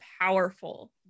powerful